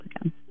again